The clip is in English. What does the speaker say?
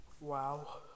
Wow